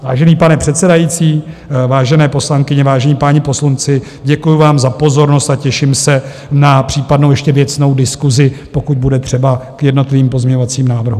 Vážený pane předsedající, vážené poslankyně, vážení páni poslanci, děkuji vám za pozornost a těším se na případnou ještě věcnou diskusi, pokud bude třeba k jednotlivým pozměňovacím návrhům.